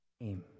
name